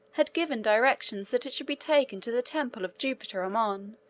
had given directions that it should be taken to the temple of jupiter ammon,